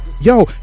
Yo